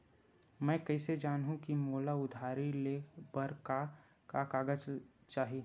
मैं कइसे जानहुँ कि मोला उधारी ले बर का का कागज चाही?